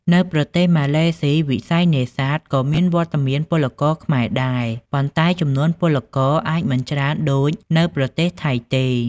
នៅប្រទេសម៉ាឡេស៊ី វិស័យនេសាទក៏មានវត្តមានពលករខ្មែរដែរ ប៉ុន្តែចំនួនពលករអាចមិនច្រើនដូចនៅប្រទេសថៃទេ។